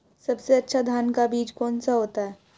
सबसे अच्छा धान का बीज कौन सा होता है?